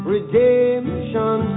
Redemption